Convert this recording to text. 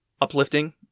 uplifting